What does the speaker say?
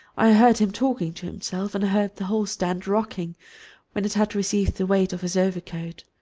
i heard him talking to himself and heard the hallstand rocking when it had received the weight of his overcoat.